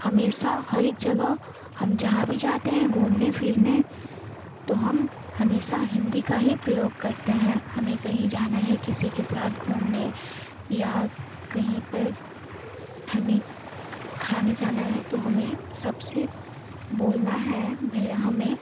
हमेशा हरेक जगह हम जहाँ भी जाते हैं घूमने फिरने तो हम हमेशा हिन्दी का ही प्रयोग करते हैं हमें कहीं जाना है किसी के साथ घूमने या कहीं पर हमें खाने जाना है तो हमें सबसे बोलना है भेया हमें